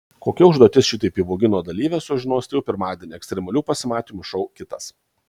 kokia užduotis šitaip įbaugino dalyvę sužinosite jau pirmadienį ekstremalių pasimatymų šou kitas